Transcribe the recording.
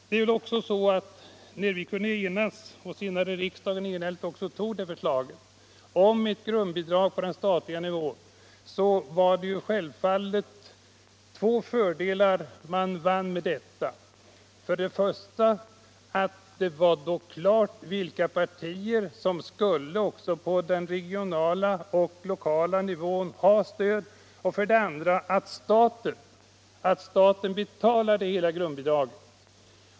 Det var så att när vi kunde enas, och när riksdagen senare antog förslaget, om ett grundbidrag på den statliga nivån var det två fördelar som man vann med detta, nämligen för det första att det då blev klart vilka partier som skulle ha stöd också på den regionala och kommunala nivån och för det andra att staten betalade hela grundbidraget.